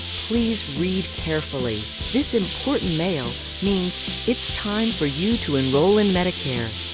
please read carefully. this important mail means it's time for you to enroll in medicare.